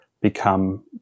become